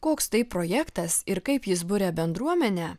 koks tai projektas ir kaip jis buria bendruomenę